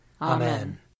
Amen